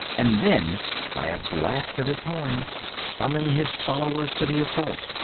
and then by a blast of his horn summon his followers to the assault.